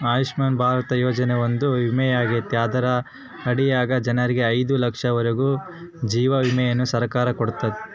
ಆಯುಷ್ಮನ್ ಭಾರತ ಯೋಜನೆಯೊಂದು ವಿಮೆಯಾಗೆತೆ ಅದರ ಅಡಿಗ ಜನರಿಗೆ ಐದು ಲಕ್ಷದವರೆಗೂ ಜೀವ ವಿಮೆಯನ್ನ ಸರ್ಕಾರ ಕೊಡುತ್ತತೆ